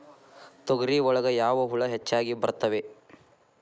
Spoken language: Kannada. ತೊಗರಿ ಒಳಗ ಯಾವ ಹುಳ ಹೆಚ್ಚಾಗಿ ಬರ್ತವೆ?